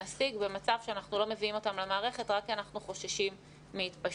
נשיג במצב שאנחנו לא מביאים אותם למערכת רק כי אנחנו חוששים מהתפשטות.